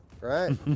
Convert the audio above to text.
right